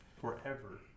forever